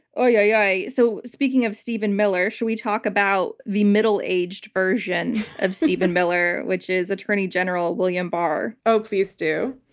yeah so speaking of stephen miller, should we talk about the middle aged version of stephen miller, which is attorney general william barr? oh, please do.